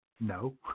no